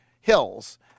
Hills